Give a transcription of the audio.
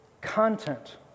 content